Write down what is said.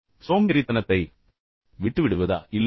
சோம்பேறித்தனத்தை விட்டுவிடுவதா இல்லையா